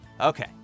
Okay